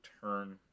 turn